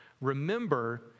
remember